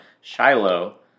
Shiloh